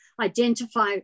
identify